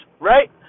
right